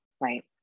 Right